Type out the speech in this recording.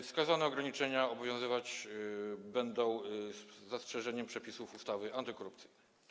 Wskazane ograniczenia obowiązywać będą z zastrzeżeniem przepisów ustawy antykorupcyjnej.